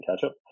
ketchup